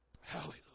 Hallelujah